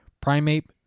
Primate